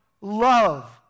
love